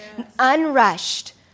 Unrushed